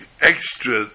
extra